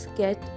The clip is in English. get